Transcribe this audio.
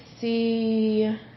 see